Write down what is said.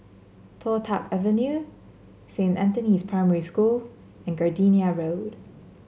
Toh Tuck Avenue Saint Anthony's Primary School and Gardenia Road